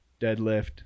deadlift